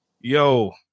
yo